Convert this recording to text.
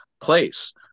place